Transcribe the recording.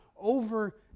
over